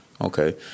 Okay